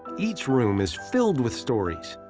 each room is filled with stories,